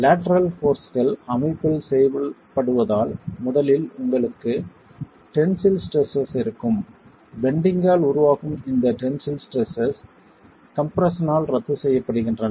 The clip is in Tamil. லேட்டரல் போர்ஸ்கள் அமைப்பில் செயல்படுவதால் முதலில் உங்களுக்கு டென்சில் ஸ்ட்ரெஸ்ஸஸ் இருக்கும் பெண்டிங்கால் உருவாகும் இந்த டென்சில் ஸ்ட்ரெஸ்ஸஸ் கம்பிரஷன்னால் ரத்து செய்யப்படுகின்றன